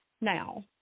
now